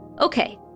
Okay